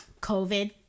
COVID